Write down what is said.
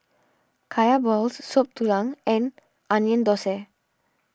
Kaya Balls Soup Tulang and Onion Thosai